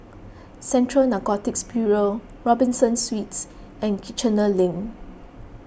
Central Narcotics Bureau Robinson Suites and Kiichener Link